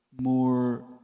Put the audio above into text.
more